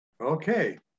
Okay